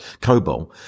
COBOL